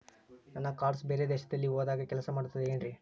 ನನ್ನ ಕಾರ್ಡ್ಸ್ ಬೇರೆ ದೇಶದಲ್ಲಿ ಹೋದಾಗ ಕೆಲಸ ಮಾಡುತ್ತದೆ ಏನ್ರಿ?